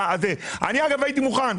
אגב, אני הייתי מוכן.